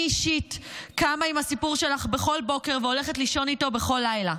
אני אישית קמה עם הסיפור שלך בכל בוקר והולכת לישון איתו בכל לילה.